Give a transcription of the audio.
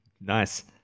nice